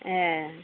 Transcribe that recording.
ए